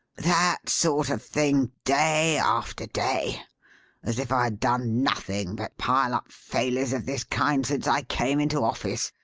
that sort of thing, day after day as if i had done nothing but pile up failures of this kind since i came into office.